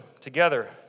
together